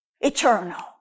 eternal